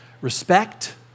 respect